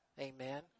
Amen